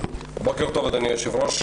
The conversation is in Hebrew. בוקר טוב, אדוני היושב-ראש.